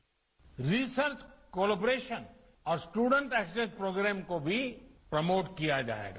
bite research collaboration और students access program को भी प्रमोट किया जाएगा